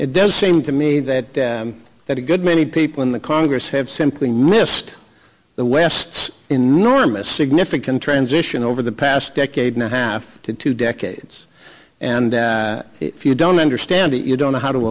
it does seem to me that that a good many people in the congress have simply missed the west's enormous significant transition over the past decade now half to two decades and if you don't understand it you don't know how to